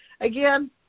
again